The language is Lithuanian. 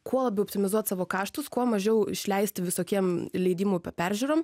kuo labiau optimizuot savo kaštus kuo mažiau išleisti visokiem leidimų peržiūrom